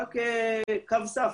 וזה רק קו סף,